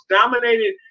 dominated